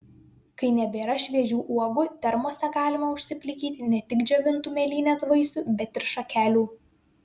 kai nebėra šviežių uogų termose galima užsiplikyti ne tik džiovintų mėlynės vaisių bet ir šakelių